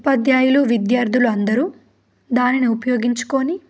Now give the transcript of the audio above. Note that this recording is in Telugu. ఉపాధ్యాయులు విద్యార్థులు అందరూ దానిని ఉపయోగించుకొని